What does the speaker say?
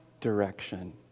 direction